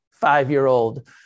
five-year-old